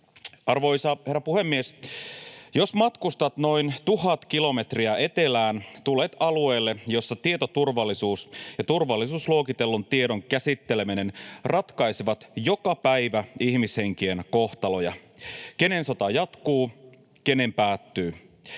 Arvoisa herra puhemies! Jos matkustat noin tuhat kilometriä etelään, tulet alueelle, jossa tietoturvallisuus ja turvallisuusluokitellun tiedon käsitteleminen ratkaisevat joka päivä ihmishenkien kohtaloja: kenen sota jatkuu, kenen päättyy.